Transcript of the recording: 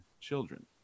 children